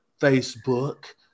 Facebook